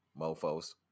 Mofos